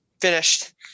Finished